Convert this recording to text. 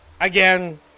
Again